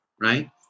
Right